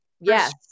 yes